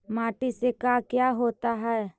माटी से का क्या होता है?